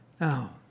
Now